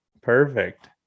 perfect